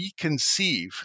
reconceive